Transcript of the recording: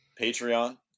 Patreon